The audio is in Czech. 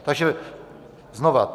Takže znovu.